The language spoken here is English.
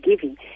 giving